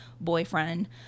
boyfriend